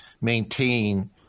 maintain